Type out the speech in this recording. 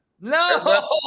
No